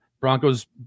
Broncos